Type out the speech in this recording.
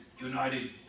United